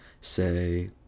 say